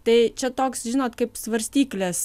tai čia toks žinot kaip svarstyklės